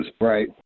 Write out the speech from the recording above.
Right